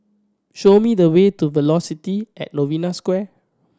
show me the way to Velocity at Novena Square